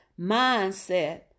mindset